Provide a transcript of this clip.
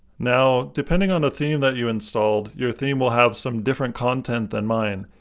now, depending on the theme that you installed, your theme will have some different content than mine,